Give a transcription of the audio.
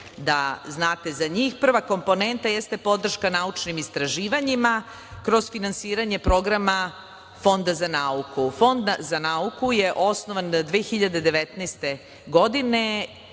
da znate za njih. Prva komponenta jeste podrška naučnim istraživanjima kroz finansiranje programa Fonda za nauku. Fond za nauku je osnovan 2019. godine